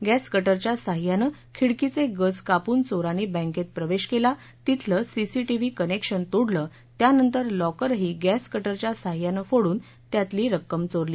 gas कटरच्या साह्यानं खिडकीचे गज कापून चोरानी बँकेत प्रवेश केला तिथलं सीसीटीव्ही कनेक्शन तोडलं त्यानंतर लॉकरही गॅस कटरच्या साह्यानं फोडून त्यातली रक्कम चोरली